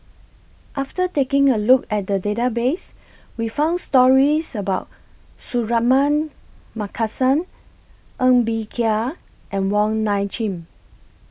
after taking A Look At The Database We found stories about Suratman Markasan Ng Bee Kia and Wong Nai Chin